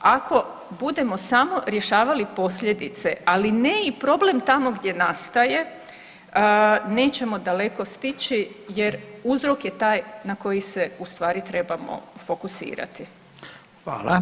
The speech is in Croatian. Ako budemo samo rješavali posljedice, ali ne i problem tamo gdje nastaje nećemo daleko stići jer uzrok je taj na koji se ustvari trebamo fokusirati.